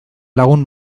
lagun